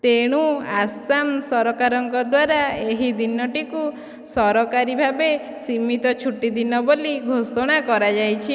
ତେଣୁ ଆସାମ ସରକାରଙ୍କ ଦ୍ଵାରା ଏହି ଦିନଟିକୁ ସରକାରୀ ଭାବେ ସୀମିତ ଛୁଟି ଦିନ ବୋଲି ଘୋଷଣା କରାଯାଇଛି